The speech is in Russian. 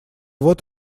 вот